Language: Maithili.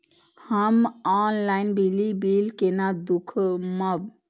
हम ऑनलाईन बिजली बील केना दूखमब?